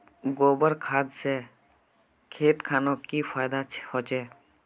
गोबर खान से खेत खानोक की फायदा होछै?